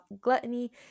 gluttony